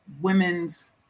women's